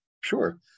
Sure